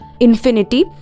Infinity